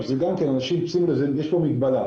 יש פה מגבלה